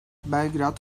belgrad